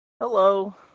Hello